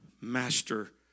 master